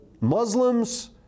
Muslims